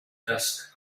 desk